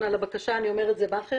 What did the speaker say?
על הבקשה אני יודעת לזהות שזה מאכער.